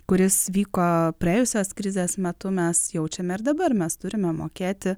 kuris vyko praėjusios krizės metu mes jaučiame ir dabar mes turime mokėti